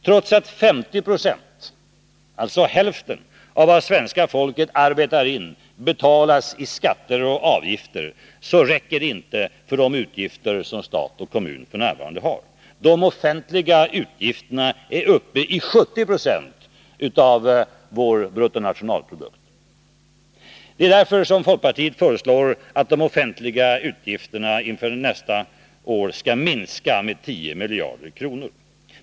Trots att 50 96, alltså hälften, av vad svenska folket arbetar in betalas i skatter och avgifter räcker det inte för de utgifter som stat och kommun f.n. har. De offentliga utgifterna är uppe i 70 20 av vår bruttonationalprodukt. Det är därför som folkpartiet föreslår att de offentliga utgifterna inför nästa år skall minskas med 10 miljarder kronor.